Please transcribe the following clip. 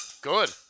Good